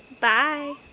Bye